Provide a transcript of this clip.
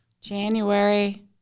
January